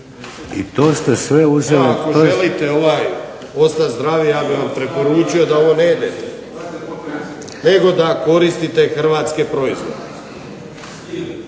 Zoran (HDSSB)** ako želite ostati zdravi ja bih vam preporučio da ovo ne jedete, nego da koristite hrvatske proizvode.